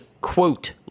quote